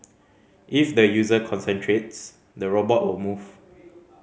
if the user concentrates the robot will move